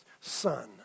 son